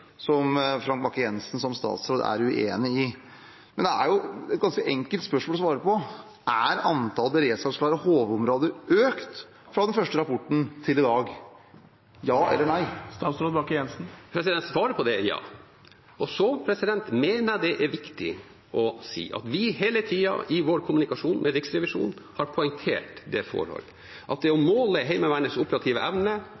bruker, Frank Bakke-Jensen som statsråd er uenig i. Men det er jo et ganske enkelt spørsmål å svare på. Er antall beredskapsklare HV-områder økt fra den første rapporten til i dag? Ja eller nei? Svaret på det er ja. Så mener jeg det er viktig å si at vi hele tiden i vår kommunikasjon med Riksrevisjonen har poengtert det forhold at det å måle Heimevernets operative evne kun på beredskapsklare områder er å